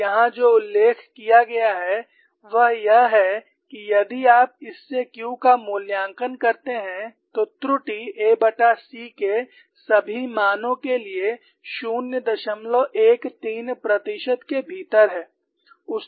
और यहां जो उल्लेख किया गया है वह यह है कि यदि आप इस से Q का मूल्यांकन करते हैं तो त्रुटि ac के सभी मानों के लिए 013 प्रतिशत के भीतर है